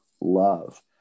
love